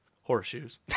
Horseshoes